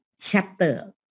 chapter